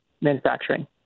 manufacturing